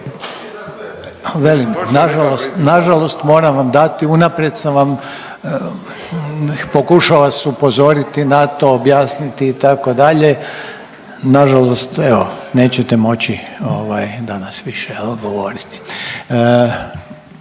nažalost, moram vam dati, unaprijed sam vam pokušao vas upozoriti na to, objasniti, itd., nažalost evo, nećete moći ovaj danas više, je li, govoriti.